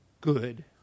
good